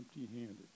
empty-handed